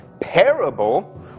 parable